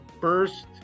first